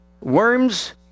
Worms